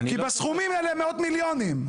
כי בסכומים זה מאות מיליונים.